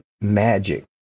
magic